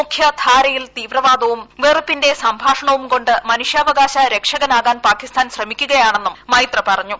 മുഖ്യധാരയിൽ തീവ്രവാദവും വെറുപ്പിന്റെ സംഭാഷണവും കൊണ്ട് മനുഷ്യാവകാശ രക്ഷകനാവാൻ പാകിസ്ഥാൻ ശ്രമിക്കുകയാണെന്നും മൈത്ര പറഞ്ഞു